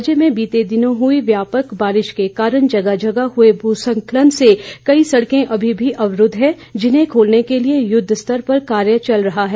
राज्य में बीते दिनों हुई व्यापक बारिश के कारण जगह जगह हुए भूस्खलन से कई सड़के अमी भी अवरूद्व हैं जिन्हें खोलने के लिए युद्वस्तर पर कार्य चल रहा है